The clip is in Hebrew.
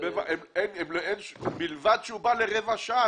בפרט שאיש כיבוי אש בא לרבע שעה,